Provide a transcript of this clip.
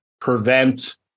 prevent